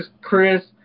Chris